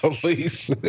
police